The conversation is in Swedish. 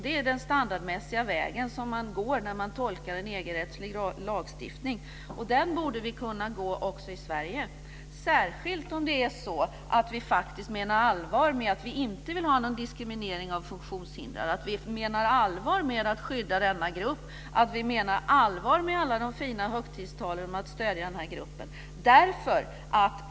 Det är den standardmässiga väg som man går när man tolkar en EG-rättslig lagstiftning. Den vägen borde vi kunna gå också i Sverige, särskilt om vi faktiskt menar allvar med att vi inte vill ha någon diskriminering av funktionshindrade och vill skydda denna grupp. Vi menar allvar med alla de fina högtidstalen om att stödja den här gruppen.